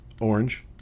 orange